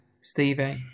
Stevie